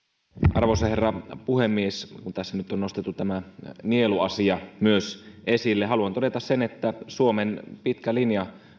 arvoisa herra puhemies kun tässä nyt on nostettu tämä nieluasia myös esille haluan todeta sen että suomen pitkä linja